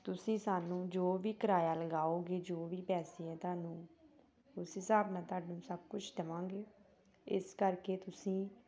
ਤੁਸੀਂ ਸਾਨੂੰ ਜੋ ਵੀ ਕਿਰਾਇਆ ਲਗਾਓਗੇ ਜੋ ਵੀ ਪੈਸੇ ਆ ਤੁਹਾਨੂੰ ਉਸ ਹਿਸਾਬ ਨਾਲ ਤੁਹਾਨੂੰ ਸਭ ਕੁਛ ਦੇਵਾਂਗੇ ਇਸ ਕਰਕੇ ਤੁਸੀਂ